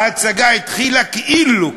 ההצגה התחילה כאילו,